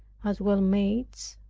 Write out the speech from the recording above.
as well maids,